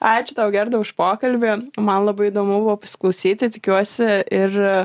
ačiū tau gerda už pokalbį man labai įdomu buvo pasiklausyti tikiuosi ir